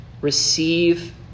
receive